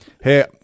Hey